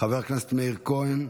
חבר הכנסת מאיר כהן,